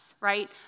right